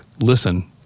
Listen